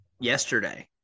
yesterday